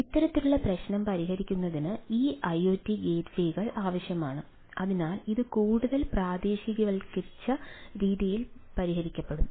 ഇത്തരത്തിലുള്ള പ്രശ്നം പരിഹരിക്കുന്നതിന് ഈ ഐഒടി ഗേറ്റ്വേകൾ ആവശ്യമാണ് അതിനാൽ ഇത് കൂടുതൽ പ്രാദേശികവൽക്കരിച്ച രീതിയിൽ പരിഹരിക്കപ്പെടും